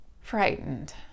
frightened